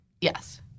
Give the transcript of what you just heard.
Yes